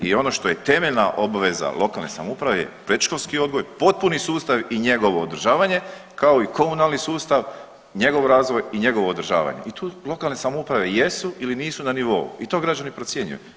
I ono što je temeljna obveza lokalne samouprave je predškolski odgoj, potpuni sustav i njegovo održavanje kao i komunalni sustav, njegov razvoj i njegovo održavanje i tu lokalne samouprave jesu ili nisu na nivou i to građani procjenjuju.